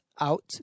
out